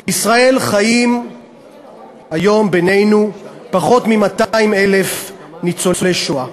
בישראל חיים היום בינינו פחות מ-200,000 ניצולי השואה.